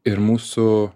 ir mūsų